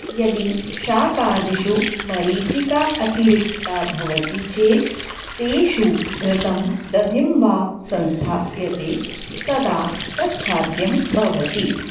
यदि शाकादिषु मरीचिका अतिरिक्ता भवति चेत् तेषु घृतं दधि वा संस्थाप्यते तदा तत् खाद्यं भवति